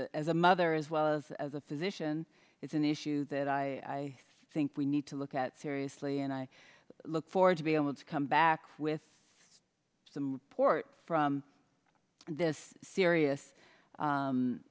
as a mother as well as as a physician it's an issue that i think we need to look at seriously and i look forward to be able to come back with some reports from this serious